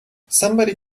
somebody